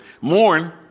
Mourn